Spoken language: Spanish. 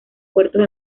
puertos